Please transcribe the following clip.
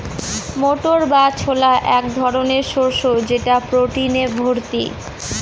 মটর বা ছোলা এক ধরনের শস্য যেটা প্রোটিনে ভর্তি